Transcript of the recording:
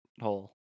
hole